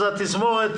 אז התזמורת